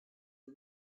the